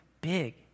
big